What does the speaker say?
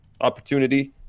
opportunity